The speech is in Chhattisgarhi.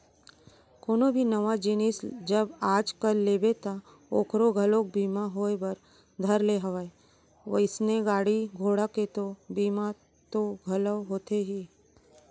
कोनो भी नवा जिनिस जब आज कल लेबे ता ओखरो घलोक बीमा होय बर धर ले हवय वइसने गाड़ी घोड़ा के तो बीमा तो घलौ होथे ही